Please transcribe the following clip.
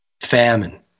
Famine